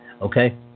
Okay